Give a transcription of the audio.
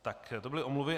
Tak to byly omluvy.